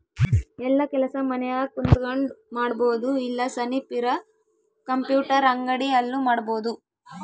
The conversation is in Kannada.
ಯೆಲ್ಲ ಕೆಲಸ ಮನ್ಯಾಗ ಕುಂತಕೊಂಡ್ ಮಾಡಬೊದು ಇಲ್ಲ ಸನಿಪ್ ಇರ ಕಂಪ್ಯೂಟರ್ ಅಂಗಡಿ ಅಲ್ಲು ಮಾಡ್ಬೋದು